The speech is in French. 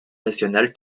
nationale